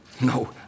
No